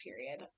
period